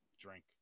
drink